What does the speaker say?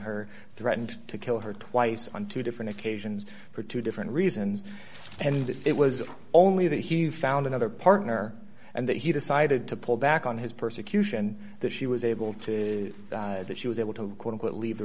her threatened to kill her twice on two different occasions for two different reasons and it was only that he found another partner and that he decided to pull back on his persecution that she was able to that she was able to quote unquote leave the